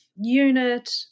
unit